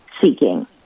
seeking